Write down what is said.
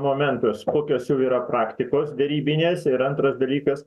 momentus kokios jau yra praktikos darybinės ir antras dalykas